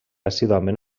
assíduament